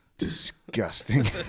Disgusting